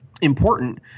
important